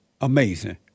Amazing